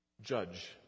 judge